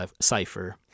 cipher